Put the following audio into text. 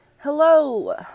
Hello